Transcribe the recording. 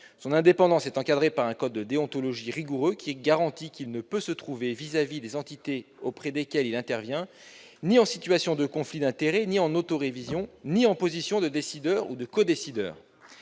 Son indépendance est encadrée par un code de déontologie rigoureux, garantissant qu'il ne peut se trouver, à l'égard des entités auprès desquelles il intervient, ni en situation de conflit d'intérêts, ni en auto-révision, ni en position de décideur ou de co-décideur.